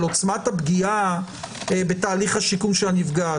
עוצמת הפגיעה בתהליך השיקום של הנפגעת.